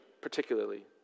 particularly